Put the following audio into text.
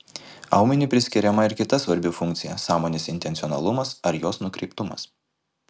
aumeniui priskiriama ir kita svarbi funkcija sąmonės intencionalumas ar jos nukreiptumas